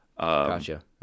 gotcha